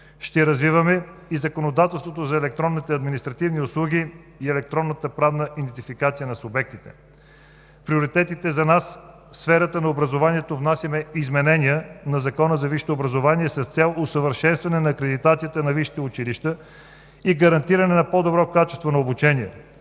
Ще развиваме и законодателството за електронните административни услуги и електронната правна идентификация на субектите. Приоритетите за нас в сферата на образованието: внасяме изменения на Закона за висшето образование с цел усъвършенстване на акредитацията на висшите училища и гарантиране на по-добро качество на обучението.